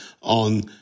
on